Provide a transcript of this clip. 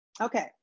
Okay